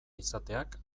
izateak